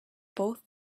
both